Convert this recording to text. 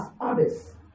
others